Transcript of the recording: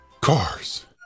Cars